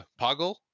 Poggle